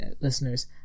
listeners